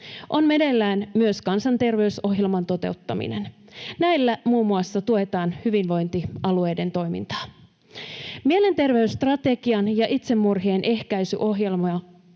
On meneillään myös kansanterveysohjelman toteuttaminen. Näillä muun muassa tuetaan hyvinvointialueiden toimintaa. Mielenterveysstrategian ja itsemurhien ehkäisyohjelman